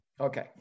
Okay